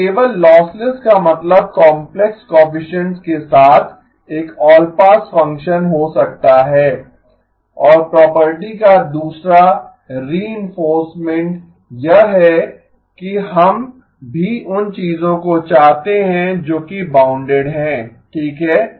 तो केवल लॉसलेस का मतलब काम्प्लेक्स कोएफिसिएन्ट्स के साथ एक ऑल पास फ़ंक्शन हो सकता है और प्रॉपर्टी का दूसरा रीइन्फोर्समेंट यह है कि हम भी उन चीजों को चाहते हैं जो कि बाउन्डेड हैं ठीक है